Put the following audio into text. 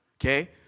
Okay